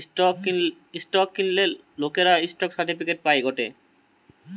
stock কিনলে লোকরা stock certificate পায় গটে